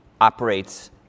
operates